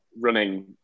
running